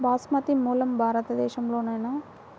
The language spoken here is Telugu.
బాస్మతి మూలం భారతదేశంలోనా?